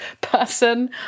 person